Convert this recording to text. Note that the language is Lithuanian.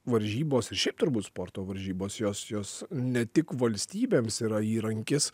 varžybos ir šiaip turbūt sporto varžybos jos jos ne tik valstybėms yra įrankis